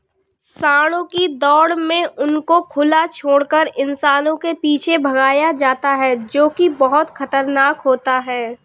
सांडों की दौड़ में उनको खुला छोड़कर इंसानों के पीछे भगाया जाता है जो की बहुत खतरनाक होता है